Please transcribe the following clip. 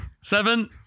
Seven